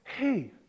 Hey